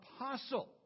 apostle